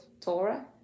Torah